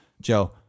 Joe